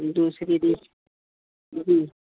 دوسری ڈش جی